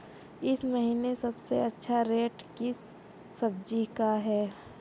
इस महीने सबसे अच्छा रेट किस सब्जी का है?